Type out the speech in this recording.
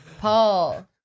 Paul